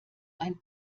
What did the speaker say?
ein